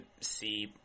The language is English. see